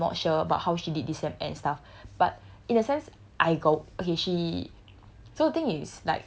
there's a lot of things that I'm not sure about how she did this sem and stuff but in a sense I got okay she